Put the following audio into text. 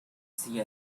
see